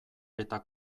eta